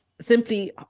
simply